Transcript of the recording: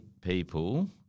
people